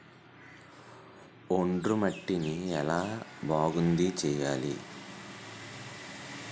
ఒండ్రు మట్టిని ఎలా బాగుంది చేయాలి?